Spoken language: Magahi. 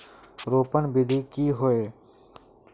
रोपण विधि की होय?